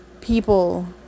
people